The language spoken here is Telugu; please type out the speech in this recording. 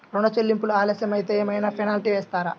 ఋణ చెల్లింపులు ఆలస్యం అయితే ఏమైన పెనాల్టీ వేస్తారా?